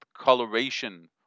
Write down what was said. coloration